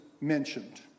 mentioned